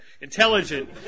intelligent